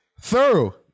Thorough